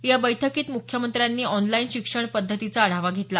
या बैठकीत मुख्यमंत्र्यांनी ऑनलाईन शिक्षण पध्दतीचा आढावा घेतला